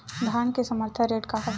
धान के समर्थन रेट का हवाय?